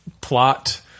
plot